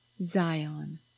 zion